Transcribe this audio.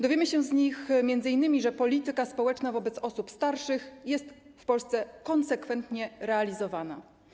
Dowiemy się z nich m.in., że polityka społeczna wobec osób starszych jest w Polsce konsekwentnie realizowana.